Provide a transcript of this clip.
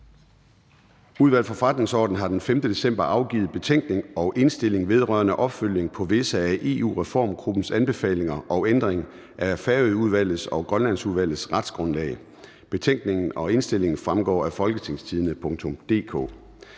Udvalget for Forretningsordenen har den 5. december 2022 afgivet: Betænkning og indstilling vedrørende opfølgning på visse af EU-reformgruppens anbefalinger og ændring af Færøudvalgets og Grønlandsudvalgets retsgrundlag. (Beslutningsforslag nr. B 4). Betænkningen og indstillingen vil fremgå af www.folketingstidende.dk.